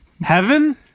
Heaven